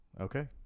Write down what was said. okay